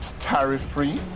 tariff-free